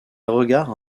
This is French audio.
regards